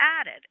added